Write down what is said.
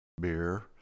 beer